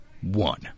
One